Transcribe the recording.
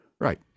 Right